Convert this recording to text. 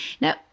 Now